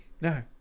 No